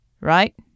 Right